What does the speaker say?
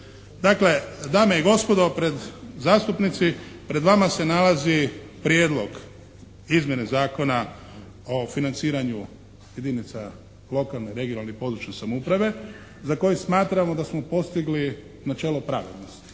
Dakle, dame i gospodo zastupnici, pred vama se nalazi prijedlog izmjene Zakona o financiranju jedinica lokalne, regionalne i područne samouprave za koji smatramo da smo postigli načelo pravednosti